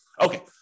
Okay